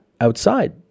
outside